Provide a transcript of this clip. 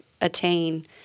attain